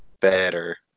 better